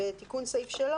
"תיקון סעיף 3